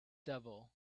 devil